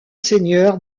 seigneur